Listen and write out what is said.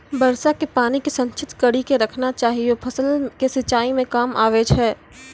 वर्षा के पानी के संचित कड़ी के रखना चाहियौ फ़सल के सिंचाई मे काम आबै छै?